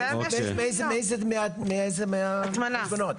מאיזה מהקרנות?